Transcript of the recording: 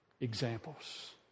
examples